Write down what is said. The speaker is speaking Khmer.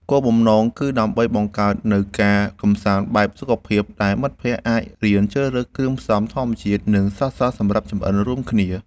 គោលបំណងគឺ ដើម្បីបង្កើតនូវការកម្សាន្តបែបសុខភាព ដែលមិត្តភក្តិអាចរៀនជ្រើសរើសគ្រឿងផ្សំធម្មជាតិ និងស្រស់ៗសម្រាប់ចម្អិនរួមគ្នា។